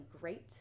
great